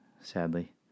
sadly